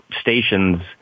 stations